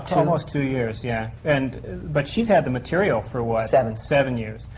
almost two years, yeah. and but she's had the material for what? seven. seven years.